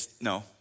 No